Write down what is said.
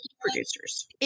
producers